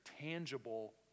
tangible